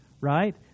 Right